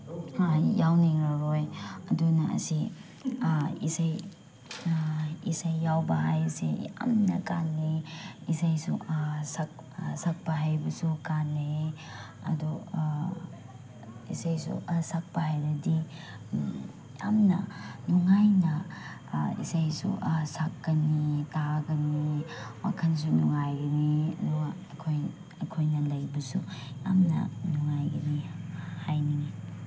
ꯌꯥꯎꯅꯤꯡꯂꯔꯣꯏ ꯑꯗꯨꯅ ꯑꯁꯤ ꯏꯁꯩ ꯏꯁꯩ ꯌꯥꯎꯕ ꯍꯥꯏꯁꯦ ꯌꯥꯝꯅ ꯀꯥꯅꯩ ꯏꯁꯩꯁꯨ ꯁꯛꯄ ꯍꯩꯕꯁꯨ ꯀꯥꯅꯩ ꯑꯗꯨ ꯏꯁꯩꯁꯨ ꯁꯛꯄ ꯍꯩꯔꯗꯤ ꯌꯥꯝꯅ ꯅꯨꯡꯉꯥꯏꯅ ꯏꯁꯩꯁꯨ ꯁꯛꯀꯅꯤ ꯇꯥꯒꯅꯤ ꯋꯥꯈꯟꯁꯨ ꯅꯨꯡꯉꯥꯏꯒꯅꯤ ꯑꯗꯨꯒ ꯑꯩꯈꯣꯏ ꯑꯩꯈꯣꯏꯅ ꯂꯩꯕꯁꯨ ꯌꯥꯝꯅ ꯅꯨꯡꯉꯥꯏꯒꯅꯤ ꯍꯥꯏꯅꯤꯡꯏ